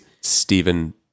Stephen